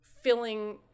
filling